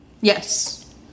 Yes